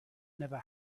never